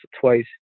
twice